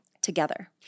together